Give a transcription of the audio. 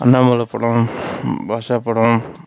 அண்ணாமலை படம் பாஷா படம்